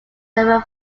german